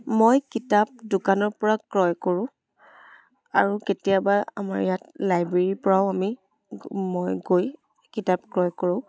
মই কিতাপ দোকানৰ পৰা ক্ৰয় কৰোঁ আৰু কেতিয়াবা আমাৰ ইয়াত লাইব্ৰেৰীৰ পৰাও আমি মই গৈ কিতাপ ক্ৰয় কৰোঁ